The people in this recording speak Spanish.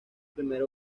primer